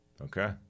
okay